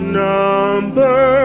number